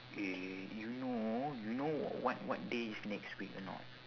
eh you know you know what what day is next week or not